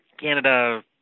Canada